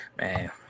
man